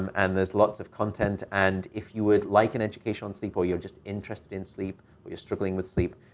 and there's lots of content. and if you would like an education on sleep, or you're just interested in sleep, or you're struggling with sleep,